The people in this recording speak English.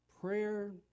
Prayer